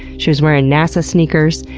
she was wearing nasa sneakers,